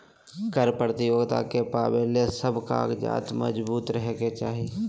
कर प्रतियोगिता के पावे ले सब कागजात मजबूत रहे के चाही